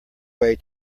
way